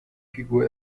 figur